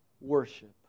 worship